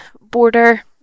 border